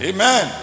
Amen